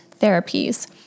therapies